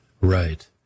Right